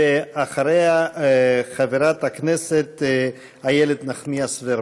ואחריה, חברת הכנסת איילת נחמיאס ורבין.